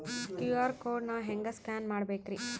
QR code ನಾ ಹೆಂಗ scan ಮಾಡಬೇಕ್ರಿ?